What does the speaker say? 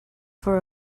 for